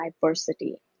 diversity